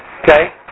Okay